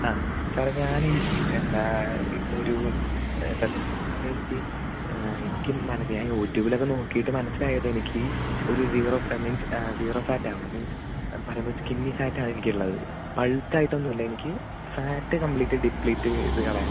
ആ സാർ ഞാൻ എനിക്ക് എന്താ ഇപ്പം ഒരു സാർ എനിക്ക് എനിക്ക് ഞാൻ യൂട്യൂബിലൊക്കെ നോക്കിയിട്ട് മനസ്സിലായത് എനിക്ക് ഒര് zero of means zero fat ആവണം മീൻസ് പറയുമ്പം സ്ക്കിന്നി ഫാറ്റാണ് എനിക്ക് ഉള്ളത് ബൾക്ക് ആയിട്ട് ഒന്നും ഇല്ല എനിക്ക് ഫാറ്റ് കമ്പ്ലീറ്റ് ഡിപ്ലീറ്റ് ചെയ്ത് കളയണം